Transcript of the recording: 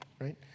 right